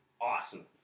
awesome